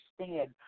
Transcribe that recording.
understand